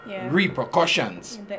repercussions